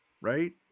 right